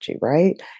right